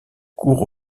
cour